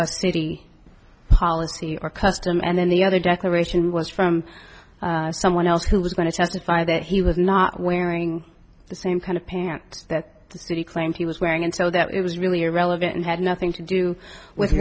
a city policy or custom and then the other declaration was from someone else who was going to testify that he was not wearing the same kind of pants that the city claimed he was wearing and so that was really irrelevant and had nothing to do with